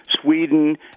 Sweden